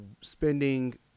spending